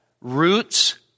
roots